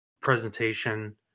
presentation